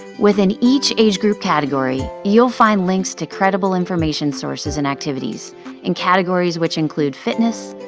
within each age group category, you'll find links to credible information sources and activities in categories which include fitness,